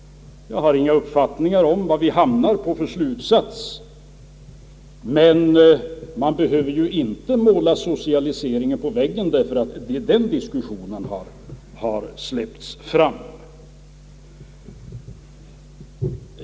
Jag har ingen uppfattning om vilken slutsats vi kan komma till, och man behöver inte måla socialisering på väggen därför att den diskussionen har släppts fram.